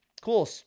Cool